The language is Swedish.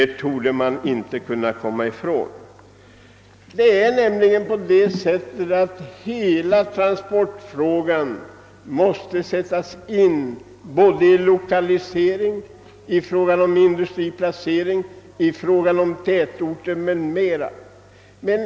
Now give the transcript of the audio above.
Transportfrågan måste nämligen ses mot bakgrunden av 1okaliseringsfrågorna, förläggningen av våra industrier, tätortsförhållandena o. s. v.